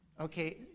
Okay